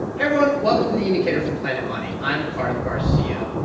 everyone. welcome to the indicator from planet money. i'm cardiff garcia.